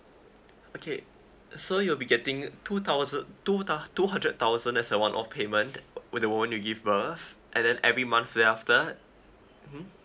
okay so you'll be getting two thousand two tho~ two hundred thousand as a one off payment for the one you give birth and then every monthly after that mm